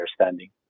understanding